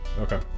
okay